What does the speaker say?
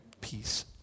peace